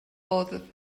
wddf